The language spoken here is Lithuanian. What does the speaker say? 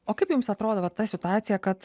o kaip jums atrodo vat ta situacija kad